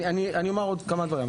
אני אומר עוד כמה דברים,